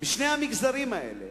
בשני המגזרים האלה